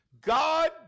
God